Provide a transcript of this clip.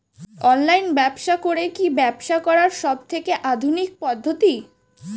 Online ব্যবসা করে কি ব্যবসা করার সবথেকে আধুনিক পদ্ধতি?